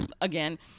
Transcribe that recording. again